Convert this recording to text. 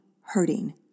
hurting